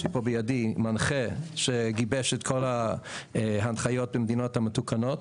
יש לי פה בידי מנחה שגיבש את כל ההנחיות במדינות המתוקנות.